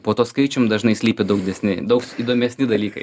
po tuo skaičium dažnai slypi daug didesni daug įdomesni dalykai